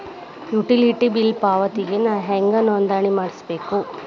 Utility bill ಪಾವತಿಗೆ ನಾ ಹೆಂಗ್ ನೋಂದಣಿ ಮಾಡ್ಸಬೇಕು?